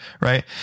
right